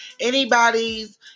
anybody's